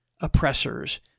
oppressors